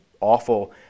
awful